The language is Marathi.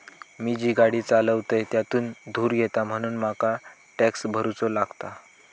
मी जी गाडी चालवतय त्यातुन धुर येता म्हणून मका टॅक्स भरुचो लागता